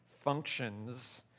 functions